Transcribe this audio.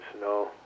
no